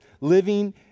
living